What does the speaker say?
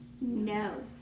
No